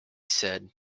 said